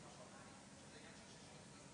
זה עניין של שקיפות.